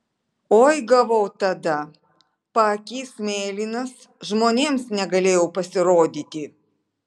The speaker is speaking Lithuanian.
oi gavau tada paakys mėlynas žmonėms negalėjau pasirodyti